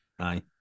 Aye